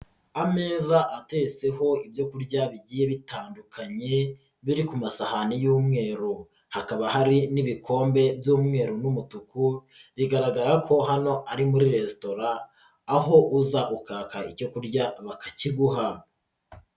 Ameza ateretseho ibyo kurya bigiye bitandukanye biri ku masahani y'umweru, hakaba hari n'ibikombe by'umweru n'umutuku bigaragara ko hano ari muri resitora aho uza ukaka icyo kurya bakakiguha.